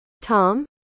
Tom